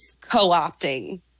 co-opting